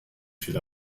viel